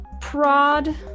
prod